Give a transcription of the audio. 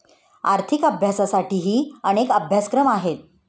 आर्थिक अभ्यासासाठीही अनेक अभ्यासक्रम आहेत